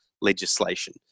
legislation